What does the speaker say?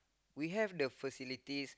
we have the facilities